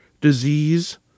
disease